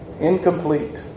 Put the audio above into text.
incomplete